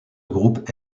groupe